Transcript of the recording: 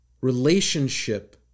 Relationship